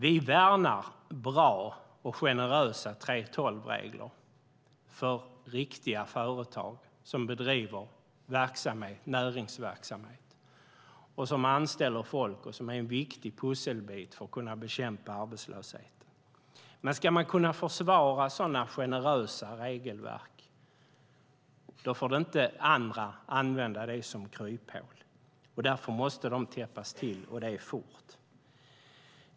Vi värnar bra och generösa 3:12-regler för riktiga företag som bedriver näringsverksamhet, som anställer folk och utgör viktiga pusselbitar för att bekämpa arbetslöshet, men om så generösa regelverk ska kunna försvaras får inte andra använda dem som kryphål. Därför måste de täppas till fort.